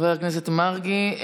חבר הכנסת מרגי.